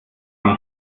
gar